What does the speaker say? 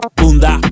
bunda